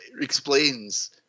explains